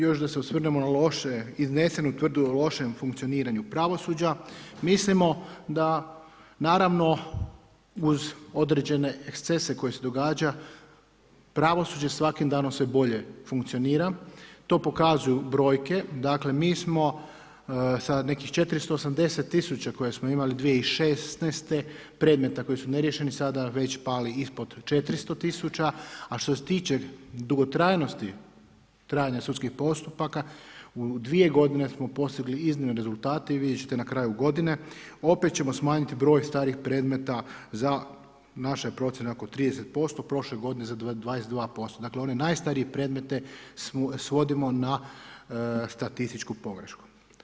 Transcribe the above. Još da se osvrnemo na loše, iznesenim tvrdnjama o lošem funkcioniranju pravosuđa, mislimo da naravno uz određene ekscese koji se događaju, pravosuđe svakim danom sve bolje funkcionira, to pokazuju brojke, dakle mi smo sa nekih 480 000 koje smo imali 2016., predmeta koji su ne riješeni, sada već pali ispod 400 000 a što se tiče dugotrajnosti trajanja sudskih postupaka, u 2 g. smo postigli iznimne rezultate i vidjet ćete na kraju godine, opet ćemo smanjiti broj starih predmeta, za naše procjene oko 30%, prošle godine za 22%, dakle oni najstarije predmete svodimo na statističku pogrešku.